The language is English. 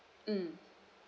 mm